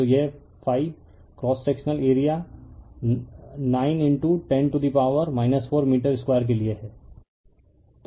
तो यह ∅ cross sectional area 910 to the power 4 metre square के लिए है